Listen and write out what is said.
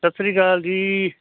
ਸਸਰੀ ਕਾਲ ਜੀ